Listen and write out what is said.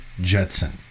Jetson